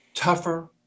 Tougher